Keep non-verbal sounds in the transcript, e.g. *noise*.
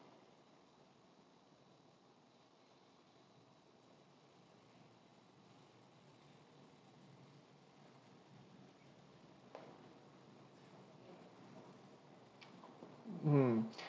mm *breath*